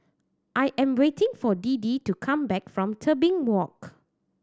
I am waiting for Deedee to come back from Tebing Walk